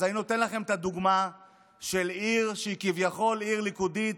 אז אני נותן לכם את הדוגמה של עיר שהיא כביכול עיר ליכודית,